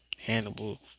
Hannibal